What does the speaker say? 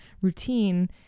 routine